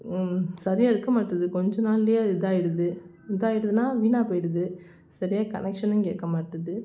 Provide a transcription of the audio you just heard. சரியாக இருக்கமாட்டேது கொஞ்ச நாள்லையே அது இதாகிடுது இதாகிடுதுன்னா வீணாக போய்டுது சரியாக கனெக்ஷனும் கேட்கமாட்டுது